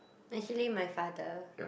actually my father